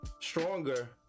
stronger